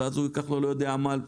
ייקח לו זמן.